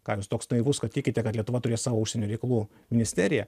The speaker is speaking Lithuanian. ką jūs toks naivus kad tikite kad lietuva turės savo užsienio reikalų ministeriją